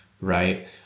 right